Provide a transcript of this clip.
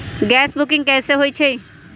Gas के booking कैसे होईछई?